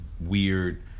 weird